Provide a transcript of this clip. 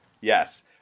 Yes